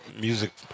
music